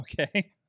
Okay